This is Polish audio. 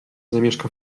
zamieszka